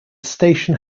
station